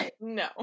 no